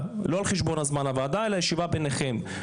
אלא ישיבה ביניכם,